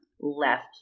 left